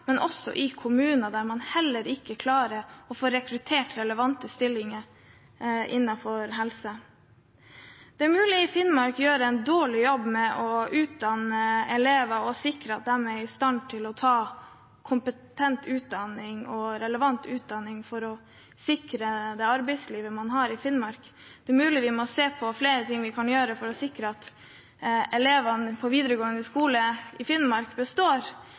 men også i kommuner der man heller ikke klarer å få rekruttert til relevante stillinger innenfor helse. Det er mulig Finnmark gjør en dårlig jobb med å utdanne elever og sikre at de er i stand til å ta kompetent og relevant utdanning for å sikre arbeidslivet i Finnmark. Det er mulig vi må se på flere ting vi kan gjøre for å sikre at elevene på videregående skole i Finnmark består.